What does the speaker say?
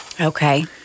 Okay